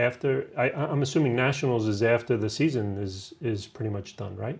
after i'm assuming nationals after the season is pretty much done right